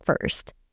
first